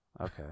Okay